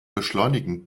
beschleunigen